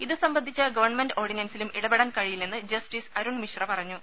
ഇതു സംബന്ധിച്ച ഗവൺമെന്റ് ഓർഡിനൻസിലും ഇടപെടാൻ കഴിയില്ലെന്ന് ജസ്റ്റിസ് അരുൺമിശ്ര പറഞ്ഞു